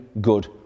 good